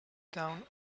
down